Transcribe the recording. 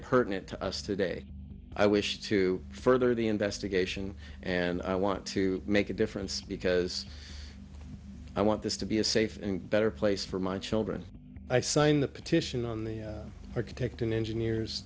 pertinent to us today i wish to further the investigation and i want to make a difference because i want this to be a safe and better place for my children i signed the petition on the architect and engineers